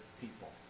people